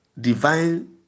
divine